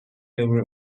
award